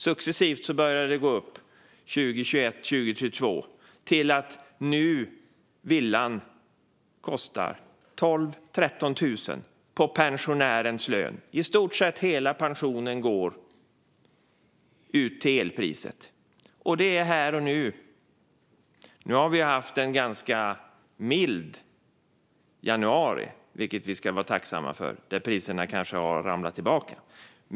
Successivt började priserna gå upp under 2021 och 2022, och elen för att bo i villan kostar nu 12 000-13 000 av pensionärens lön. I stort sett hela pensionen går till att betala elen. Det är här och nu. Vi har haft en ganska mild januari, vilket vi ska vara tacksamma för, och priserna har kanske backat.